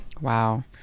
Wow